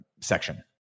section